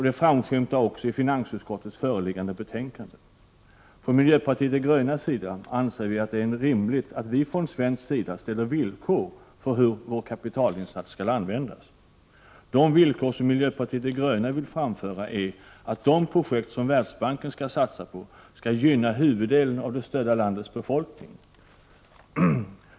Det framskymtar också i finansutskottets föreliggande betänkande. Från miljöpartiet de grönas sida anser vi att det är rimligt att vi från svensk sida ställer villkor för hur vår kapitalinsats skall användas. De villkor som miljöpartiet de gröna vill framföra är att de projekt som Världsbanken skall satsa på skall gynna huvuddelen av det stödda landets befolkning.